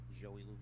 Joey